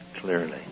clearly